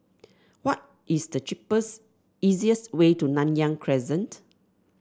what is the cheapest easiest way to Nanyang Crescent